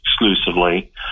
exclusively